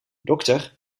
dokter